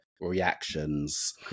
reactions